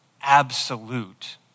absolute